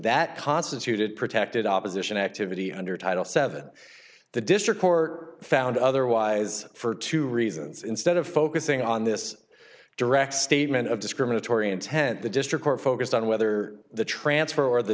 that constituted protected opposition activity under title seven the district court found otherwise for two reasons instead of focusing on this direct statement of discriminatory intent the district court focused on whether the transfer or the